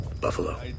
Buffalo